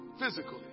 physically